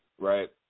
Right